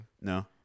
No